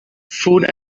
food